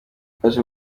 twaje